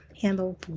handle